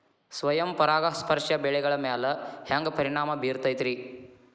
ಸ್ವಯಂ ಪರಾಗಸ್ಪರ್ಶ ಬೆಳೆಗಳ ಮ್ಯಾಲ ಹ್ಯಾಂಗ ಪರಿಣಾಮ ಬಿರ್ತೈತ್ರಿ?